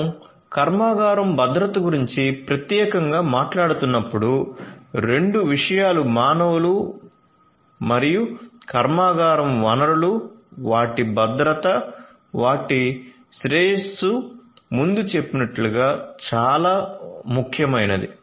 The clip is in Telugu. మనం కర్మాగారం భద్రత గురించి ప్రత్యేకంగా మాట్లాడుతున్నప్పుడు 2 విషయాలు మానవులు మరియు కర్మాగారం వనరులు వాటి భద్రత వాటి శ్రేయస్సు ముందు చెప్పినట్లు చాలా ముఖ్యమైనది